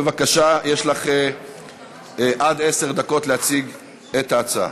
בבקשה, יש לך עד עשר דקות להציג את ההצעה.